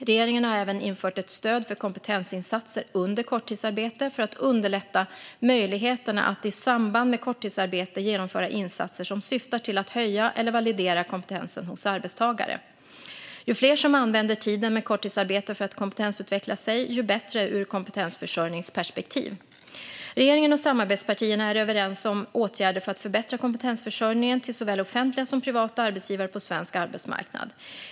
Regeringen har även infört ett stöd för kompetensinsatser under korttidsarbete för att underlätta möjligheterna att i samband med korttidsarbete genomföra insatser som syftar till att höja eller validera kompetensen hos arbetstagare. Ju fler som använder tiden med korttidsarbete för att kompetensutveckla sig, desto bättre ur kompetensförsörjningsperspektiv. Regeringen och samarbetspartierna är överens om åtgärder för att förbättra kompetensförsörjningen till såväl offentliga som privata arbetsgivare på svensk arbetsmarknad.